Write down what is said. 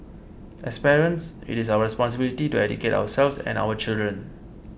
as parents it is our responsibility to educate ourselves and our children